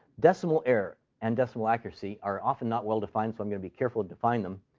decimal error and decimal accuracy are often not well-defined, so i'm going to be careful to define them.